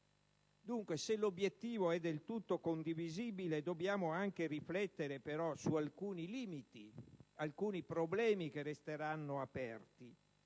Dunque, se l'obiettivo è del tutto condivisibile, dobbiamo anche riflettere però su alcuni limiti, su alcuni problemi che resteranno aperti.